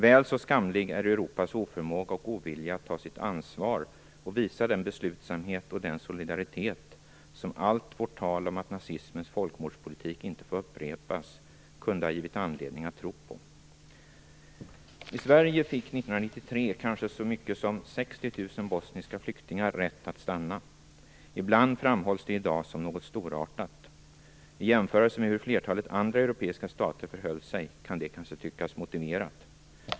Väl så skamlig är Europas oförmåga och ovilja att ta sitt ansvar och att visa den beslutsamhet och den solidaritet som allt vårt tal om att nazismens folkmordspolitik inte får upprepas kunde ha givit anledning att tro på. I Sverige fick 1993 kanske så mycket som 60 000 bosniska flyktingar rätt att stanna. Ibland framhålls det i dag som något storartat. I jämförelse med hur flertalet andra europeiska stater förhöll sig kan det kanske tyckas motiverat.